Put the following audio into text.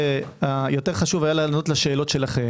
יותר חשוב היה לענות לשאלותיכם.